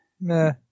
Meh